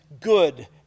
good